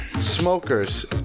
Smokers